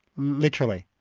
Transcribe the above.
literally?